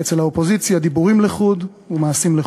אצל האופוזיציה דיבורים לחוד ומעשים לחוד.